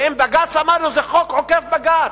ואם בג"ץ אמרנו, זה חוק עוקף-בג"ץ.